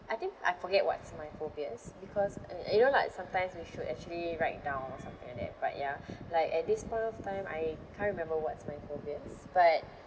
I think I forget what's my phobias because uh you know like sometimes we should actually write down or something like that but yeah like at this point of time I can't remember what's my phobias but